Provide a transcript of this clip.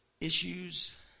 issues